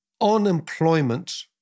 unemployment